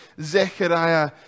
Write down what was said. Zechariah